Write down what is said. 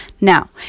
Now